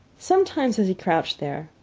sometimes as he crouched there,